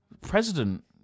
President